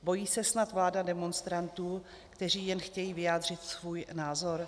Bojí se snad vláda demonstrantů, kteří jen chtějí vyjádřit svůj názor?